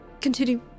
continue